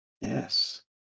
Yes